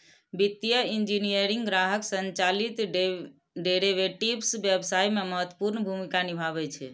वित्तीय इंजीनियरिंग ग्राहक संचालित डेरेवेटिव्स व्यवसाय मे महत्वपूर्ण भूमिका निभाबै छै